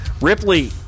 Ripley